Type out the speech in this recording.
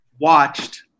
watched